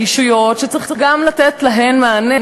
ורגישויות שצריך לתת גם להן מענה.